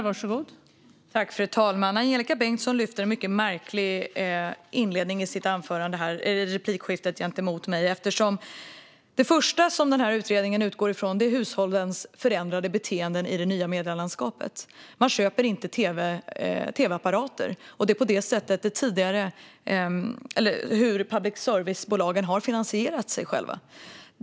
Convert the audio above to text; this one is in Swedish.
Fru talman! Angelika Bengtsson har en mycket märklig inledning i replikskiftet med mig. Det första som utredningen utgår från är hushållens förändrade beteenden i det nya medielandskapet. Man köper inte tv-apparater. Det var så public service-bolagen finansierade sig själva.